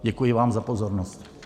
Děkuji vám za pozornost.